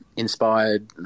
inspired